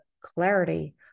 clarity